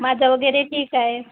माझं वगैरे ठीक आहे